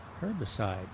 herbicide